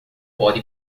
pode